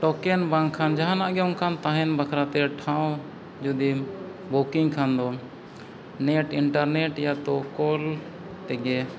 token ᱵᱟᱝᱠᱷᱟᱱ ᱡᱟᱦᱟᱱᱟᱜ ᱜᱮ ᱚᱱᱠᱟᱱ ᱛᱟᱦᱮᱱ ᱵᱟᱠᱷᱟᱨᱟᱛᱮ ᱴᱷᱟᱶ ᱡᱩᱫᱤᱢ ᱵᱩᱠᱤᱝ ᱠᱷᱟᱱ ᱫᱚ ᱱᱮᱴ ᱤᱱᱴᱟᱨᱱᱮᱴ ᱭᱟᱛᱚ ᱠᱚᱞ ᱛᱮᱜᱮ